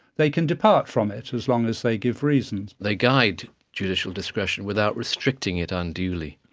they can depart from it, as long as they give reasons. they guide judicial discretion without restricting it unduly.